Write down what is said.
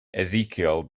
ezekiel